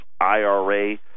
IRA